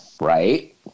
Right